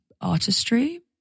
artistry